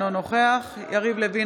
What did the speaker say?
אינו נוכח יריב לוין,